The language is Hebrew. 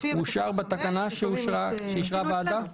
הוא בתקנה שאישרה הוועדה.